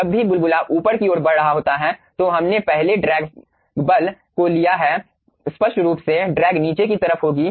जब भी बुलबुला ऊपर की ओर बढ़ रहा होता है तो हमने पहले ड्रैग बल को लिया है स्पष्ट रूप से ड्रैग नीचे की तरफ होगी